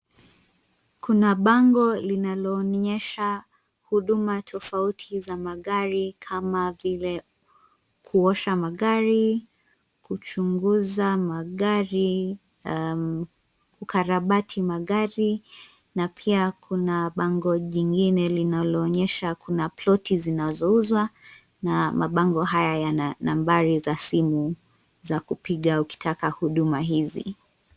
Kuna bango linalo onyesha huduma tofauti za magari kama vile kuosha magari, kuchunguza magari, kukarabati magari na pia kuna bango jingine linalo onyesha kuna ploti zinazouzwa na mabango haya yana nambari za simu za kupiga ukitaka huduma hizi.